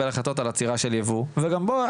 להחלטות על עצירה של ייבוא וגם בואו,